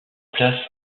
place